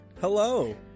Hello